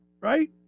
right